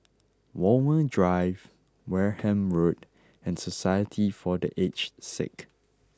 Walmer Drive Wareham Road and Society for the Aged Sick